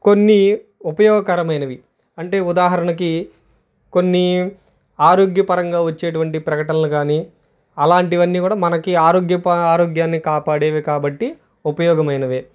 కొన్ని ఉపయోగకరమైనవి అంటే ఉదాహరణకి కొన్ని ఆరోగ్యపరంగా వచ్చేటువంటి ప్రకటనలు కానీ అలాంటివి అన్నీ కూడా మనకు ఆరోగ్య ఆరోగ్యాన్ని కాపాడేవి కాబట్టి ఉపయోగమైనవి